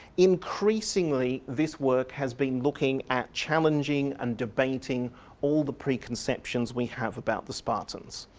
increasingly this work has been looking at challenging and debating all the preconceptions we have about the spartans.